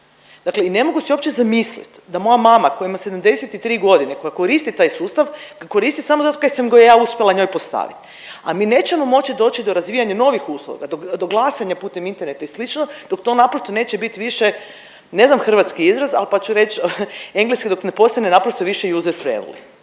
Dakle i ne mogu si uopće zamisliti da moja mama koja ima 73 godine koja koristi taj sustav da koristi samo zato kaj sam ga ja uspjela njoj postaviti, a mi nećemo moći doći do razvijanja novih usluga, do glasanja putem interneta i slično dok to naprosto neće biti više ne znam hrvatski izraz pa ću reći engleski dok ne postane naprosto više user friendly,